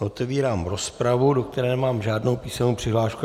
Otevírám rozpravu, do které nemám žádnou písemnou přihlášku.